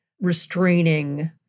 restraining